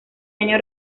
año